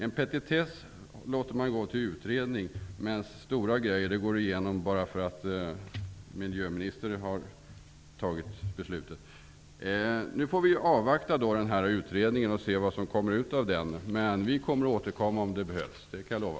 En petitess låter man gå till en utredning, medan stora grejer går igenom bara därför att miljöministern har fattat beslutet. Nu får vi avvakta utredningen och se vad som kommer ut av den. Men vi återkommer om det behövs -- det kan jag lova.